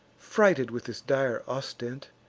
frighted with this dire ostent,